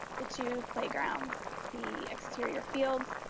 the two playgrounds, the exterior fields,